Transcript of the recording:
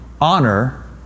Honor